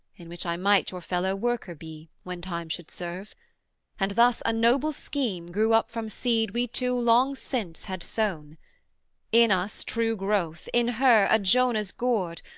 in which i might your fellow-worker be, when time should serve and thus a noble scheme grew up from seed we two long since had sown in us true growth, in her a jonah's gourd,